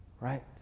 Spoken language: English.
right